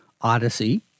Odyssey